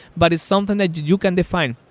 but it's something that you can define.